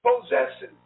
possessing